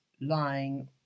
lying